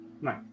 No